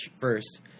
first